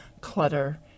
clutter